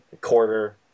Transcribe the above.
quarter